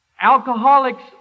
Alcoholics